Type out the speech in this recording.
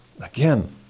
again